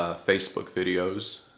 ah facebook videos.